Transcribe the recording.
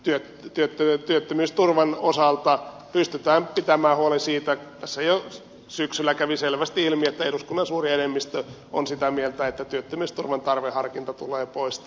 työt tiettyä työttömyysturvan osalta pystytään pitämään huolen siitä että se tässä jo syksyllä kävi selvästi ilmi että eduskunnan suuri enemmistö on sitä mieltä että työttömyysturvan tarveharkinta tulee poistaa